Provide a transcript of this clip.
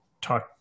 talk